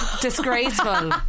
Disgraceful